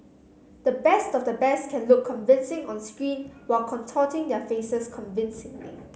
the best of the best can look convincing on screen while contorting their faces convincingly